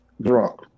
drunk